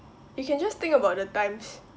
you can just think about the times